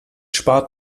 spart